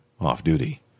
off-duty